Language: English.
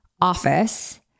office